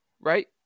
Right